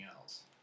else